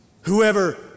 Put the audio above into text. Whoever